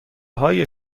های